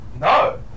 No